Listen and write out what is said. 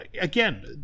Again